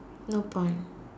no point